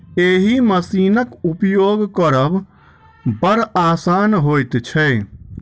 एहि मशीनक उपयोग करब बड़ आसान होइत छै